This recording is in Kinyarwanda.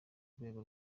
rwego